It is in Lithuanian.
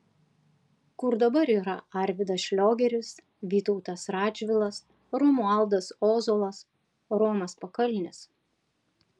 kur dabar yra arvydas šliogeris vytautas radžvilas romualdas ozolas romas pakalnis